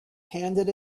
handed